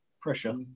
Pressure